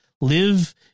Live